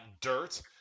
dirt